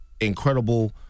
incredible